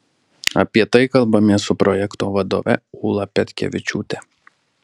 apie tai kalbamės su projekto vadove ūla petkevičiūte